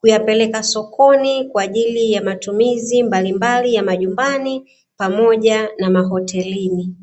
kuyapeleka sokoni kwa ajili ya matumizi mbalimbali ya majumbani pamoja na mahotelini.